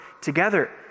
together